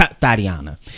Tatiana